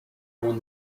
won